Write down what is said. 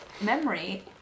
memory